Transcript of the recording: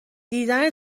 دیدن